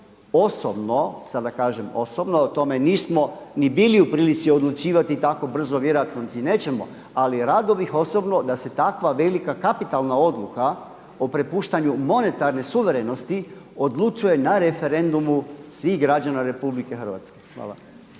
osobno, sada kažem osobno, o tome nismo ni bili u prilici odlučivati tako brzo, vjerojatno ni nećemo ali rado bih osobno da se takva velika kapitalna odluka o prepuštanju monetarne suverenosti odlučuje na referendumu svih građana RH. Hvala.